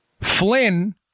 flynn